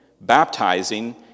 baptizing